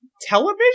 television